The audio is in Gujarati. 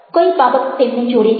કઈ બાબત તેમને જોડે છે